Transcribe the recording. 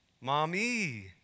mommy